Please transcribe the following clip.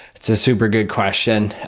it's a super good question.